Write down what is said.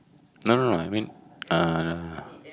no no no I mean ah